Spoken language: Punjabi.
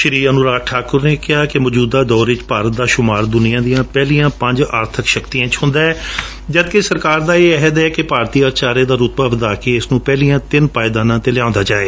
ਸ਼ੀ ਅਨੁਰਾਗ ਠਾਕੁਰ ਨੇ ਕਿਹਾ ਕਿ ਮੌਜੂਦਾ ਦੌਰ ਵਿਚ ਭਾਰਤ ਦਾ ਸ਼ੁਮਾਰ ਦੁਨੀਆ ਦੀਆਂ ਪਹਿਲੀਆਂ ਪੰਜ ਆਰਬਕ ਸ਼ਕਤੀਆਂ ਵਿਚ ਹੂੰਦਾ ਹੈ ਜਦਕਿ ਸਕਰਾ ਦਾ ਇਹ ਅਹਿਦ ਹੈ ਕਿ ਭਾਰਤੀ ਅਰਥਚਾਰੇ ਦਾ ਰੁਤਬਾ ਵਧਾ ਕੇ ਇਸ ਨੂੰ ਪਹਿਲਿਆਂ ਤਿੰਨ ਪਾਏਦਾਨਾਂ ਤੇ ਲਿਆਇਆ ਜਾਵੇ